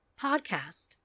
podcast